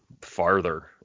farther